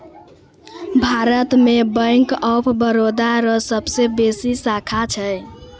भारत मे bank of Baroda रो सबसे बेसी शाखा छै